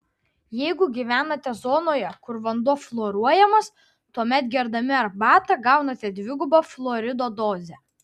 jeigu gyvenate zonoje kur vanduo fluoruojamas tuomet gerdami arbatą gaunate dvigubą fluorido dozę